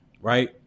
right